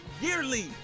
Yearly